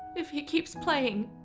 if he keeps playing,